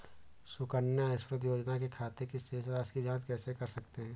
सुकन्या समृद्धि योजना के खाते की शेष राशि की जाँच कैसे कर सकते हैं?